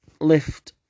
lift